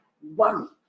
One